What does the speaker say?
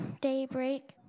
daybreak